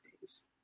days